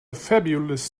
fabulous